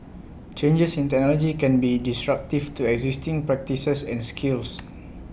changes in technology can be disruptive to existing practices and skills